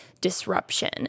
disruption